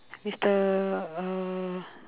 mister uh